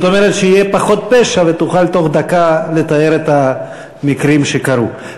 זאת אומרת שיהיה פחות פשע ותוכל בתוך דקה לתאר את המקרים שקרו.